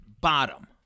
bottom